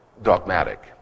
dogmatic